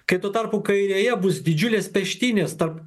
kai tuo tarpu kairėje bus didžiulis peštynės tarp